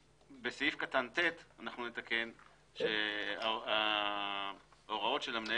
בסעיף קטן (ט) אנחנו נתקן ונאמר שההוראות של המנהל